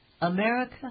America